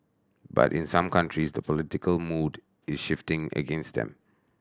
but in some countries the political mood is shifting against them